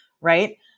right